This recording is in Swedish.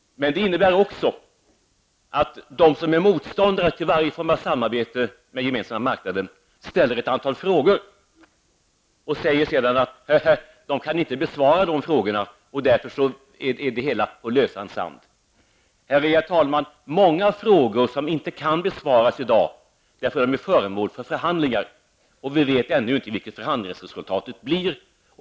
Det innebär emellertid också att de som är motståndare till varje form av samarbetet med Gemensamma marknaden ställer ett antal frågor, och sedan säger de: Hähä, ni kan inte besvara frågorna, och därför står det hela på lösan sand! Många frågor kan inte besvaras i dag, därför att de är föremål för förhandlingar, och vi vet ännu inte vilket förhandlingsresultatet blir.